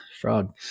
frog